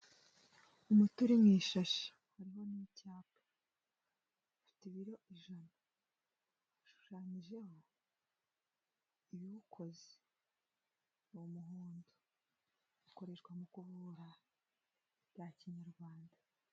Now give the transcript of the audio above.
Umuti uri mu ishashi, hariho n'icyapa, ufite ibiro ijana, hashushanyijeho ibiwukoze, ni umuhondo, akoreshwa mu kuvura ibya kinyarwanda.